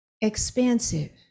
expansive